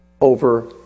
over